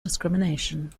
discrimination